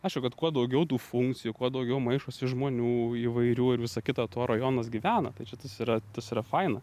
aišku kad kuo daugiau tų funkcijų kuo daugiau maišosi žmonių įvairių ir visa kita tuo rajonas gyvena tai čia tas yra tas yra faina